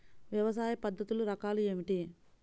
వ్యవసాయ పద్ధతులు రకాలు ఏమిటి?